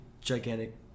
gigantic